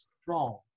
strong